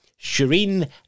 Shireen